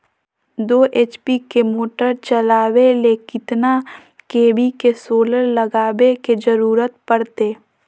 दो एच.पी के मोटर चलावे ले कितना के.वी के सोलर लगावे के जरूरत पड़ते?